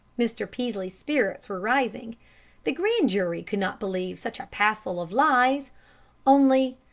mr. peaslee's spirits were rising the grand jury could not believe such a passel of lies only,